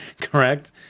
Correct